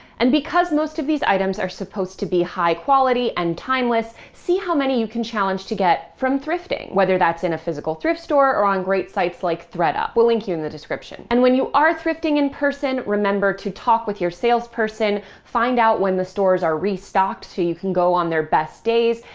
and because most of these items are supposed to be high quality and timeless, see how many you can challenge to get from drifting whether that's in a physical thrift store or on great sites like thredup. we'll link you in the description. and when you are thrifting in person, remember to talk with your salesperson. find out when the stores are restocked, so you can go on their best days.